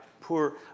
poor